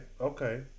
okay